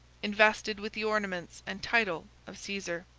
invested with the ornaments and title of caesar.